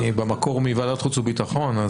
אני במקור מוועדת חוץ וביטחון,